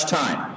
time